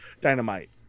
Dynamite